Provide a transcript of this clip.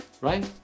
Right